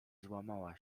złamała